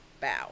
bow